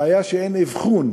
הבעיה שאין אבחון